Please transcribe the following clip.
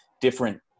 different